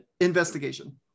investigation